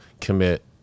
commit